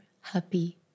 happy